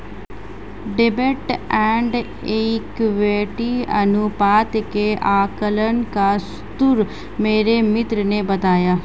डेब्ट and equity अनुपात के आकलन का सूत्र मेरे मित्र ने बताया